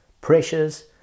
pressures